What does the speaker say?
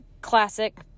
classic